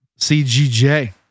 CGJ